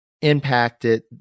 impacted